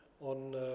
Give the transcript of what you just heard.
on